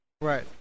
Right